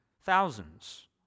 thousands